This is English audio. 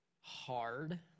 hard